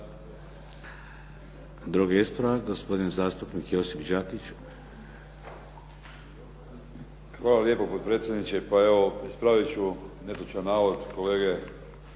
Drugi ispravak gospodin zastupnik Josip Đakić. **Đakić, Josip (HDZ)** Hvala lijepo potpredsjedniče. Pa evo, ispravit ću netočan navod kolege